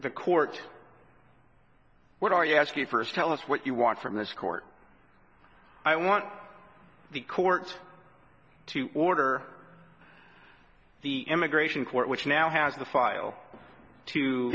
the court what are you asking first tell us what you want from this court i want the court to order the immigration court which now has the file to